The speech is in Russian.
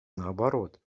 наоборот